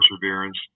perseverance